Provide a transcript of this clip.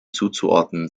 zuzuordnen